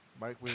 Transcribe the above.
Mike